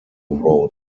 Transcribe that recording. wrote